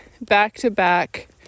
back-to-back